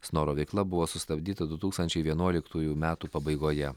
snoro veikla buvo sustabdyta du tūkstančiai vienuoliktųjų metų pabaigoje